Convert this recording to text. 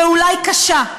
ואולי קשה,